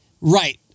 Right